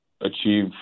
achieve